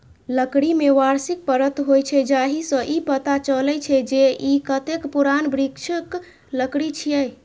लकड़ी मे वार्षिक परत होइ छै, जाहि सं ई पता चलै छै, जे ई कतेक पुरान वृक्षक लकड़ी छियै